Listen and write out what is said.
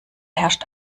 herrscht